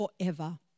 forever